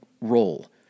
role